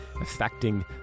affecting